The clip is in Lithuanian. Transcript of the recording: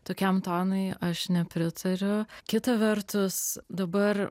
tokiam tonui aš nepritariu kita vertus dabar